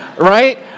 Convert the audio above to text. right